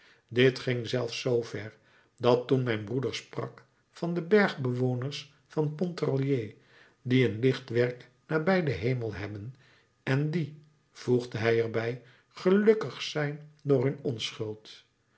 dit ging zelfs zoo ver dat toen mijn broeder sprak van de bergbewoners van pontarlier die een licht werk nabij den hemel hebben en die voegde hij er bij gelukkig zijn door hun onschuld